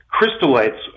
crystallites